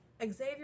Xavier